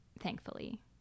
thankfully